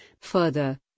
Further